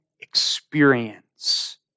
experience